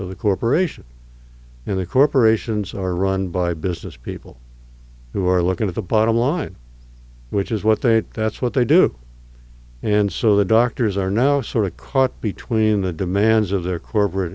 the corporation and the corporations are run by business people who are looking at the bottom line which is what they that's what they do and so the doctors are now sort of caught between the demands of their corporate